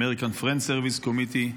American Friends Service Committee.